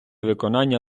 виконання